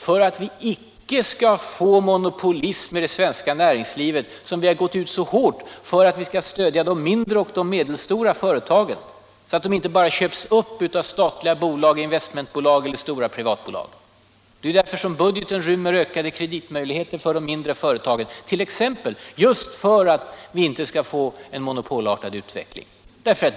För att vi inte skall få monopolism i det svenska näringslivet har vi gått ut så hårt för att stödja de mindre och medelstora företagen, så att de inte bara skall köpas upp av statliga bolag, investmentbolag eller stora privatbolag. Budgeten rymmer ökade kreditmöjligheter för de mindre företagen bl.a. just därför att vi inte skall få en monopolartad utveckling.